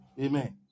Amen